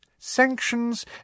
Sanctions